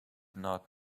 not